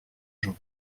jean